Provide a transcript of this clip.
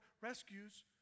rescues